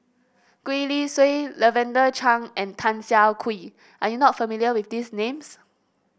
Gwee Li Sui Lavender Chang and Tan Siah Kwee are you not familiar with these names